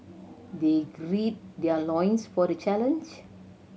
they grid their loins for the challenge